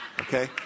Okay